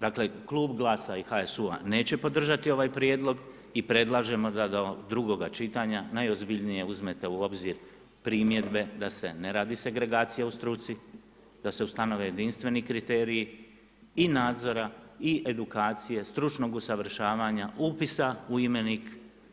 Dakle, Klub GLAS-a i HSU-a neće podržati ovaj prijedlog i predlažemo da ga do drugoga čitanja najozbiljnije uzmete u obzir, primjedbe da se ne radi segregacija u struci, da se ustanove jedinstveni kriteriji i nadzora i edukacije, stručnog usavršavanja, upisa u imenik